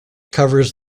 covers